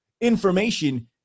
information